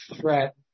threat